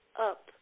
up